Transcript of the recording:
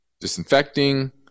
disinfecting